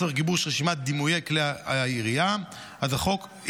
לצורך גיבוש רשימת דימויי כלי הירייה על פי החוק,